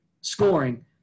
scoring